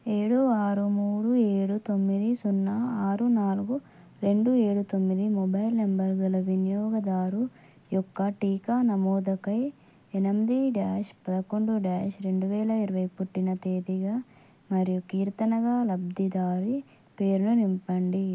ఏడు ఆరు మూడు ఏడు తొమ్మిది సున్నా ఆరు నాలుగు రెండు ఏడు తొమ్మిది మొబైల్ నంబరు గల వినియోగదారు యొక్క టీకా నమోదకై ఎనిమిది డ్యాష్ పదకొండు డ్యాష్ రెండు వేల ఇరవై పుట్టిన తేదీగా మరియు కీర్తనగా లబ్ధిదారి పేరుని నింపండి